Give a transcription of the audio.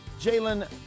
Jalen